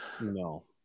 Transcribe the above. No